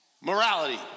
Morality